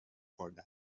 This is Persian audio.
خورده